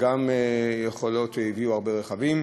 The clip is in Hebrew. יכול להיות שהביאה הרבה רכבים.